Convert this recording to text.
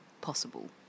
possible